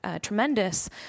Tremendous